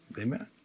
Amen